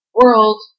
world